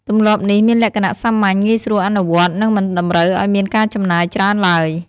ទម្លាប់នេះមានលក្ខណៈសាមញ្ញ ងាយស្រួលអនុវត្ត និងមិនតម្រូវឱ្យមានការចំណាយច្រើនឡើយ។